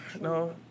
no